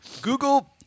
Google